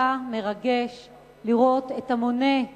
מרגש לראות את המוני,